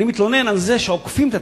אני מתלונן על זה שעוקפים את התקנה,